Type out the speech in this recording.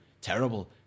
terrible